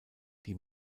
die